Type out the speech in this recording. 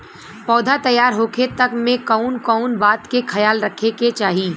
पौधा तैयार होखे तक मे कउन कउन बात के ख्याल रखे के चाही?